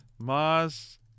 Mars